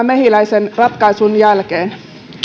mehiläisen ratkaisun jälkeen